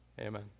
Amen